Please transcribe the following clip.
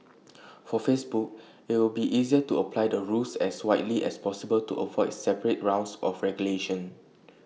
for Facebook IT will be easier to apply the rules as widely as possible to avoid separate rounds of regulation